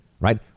Right